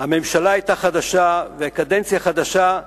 שהממשלה היתה חדשה והקדנציה חדשה,